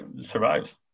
survives